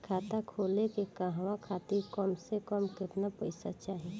खाता खोले के कहवा खातिर कम से कम केतना पइसा चाहीं?